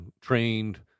trained